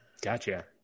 Gotcha